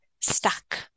stuck